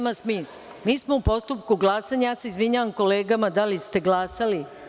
Mi smo u postupku glasanja, ja se izvinjavam kolegama da li ste glasali?